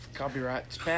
copyright's